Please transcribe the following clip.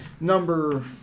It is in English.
number